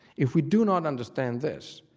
if we do not understand this,